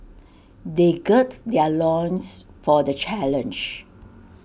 they gird their loins for the challenge